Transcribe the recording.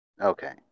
Okay